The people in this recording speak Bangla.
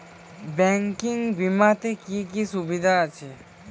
ব্যাঙ্কিং বিমাতে কি কি সুবিধা আছে?